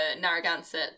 narragansett